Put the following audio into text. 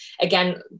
again